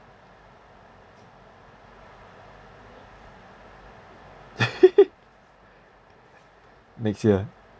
next year